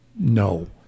No